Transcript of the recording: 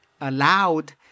allowed